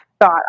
thought